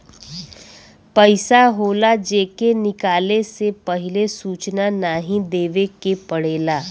पइसा होला जे के निकाले से पहिले सूचना नाही देवे के पड़ेला